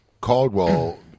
caldwell